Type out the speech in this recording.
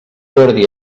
jordi